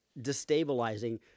destabilizing